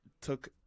took